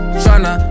tryna